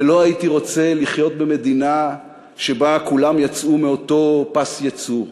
ולא הייתי רוצה לחיות במדינה שבה כולם יצאו מאותו פס ייצור.